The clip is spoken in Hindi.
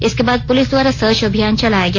इसके बाद पुलिस द्वारा सर्च अभियान चलाया गया